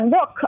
Look